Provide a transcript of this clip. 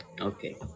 Okay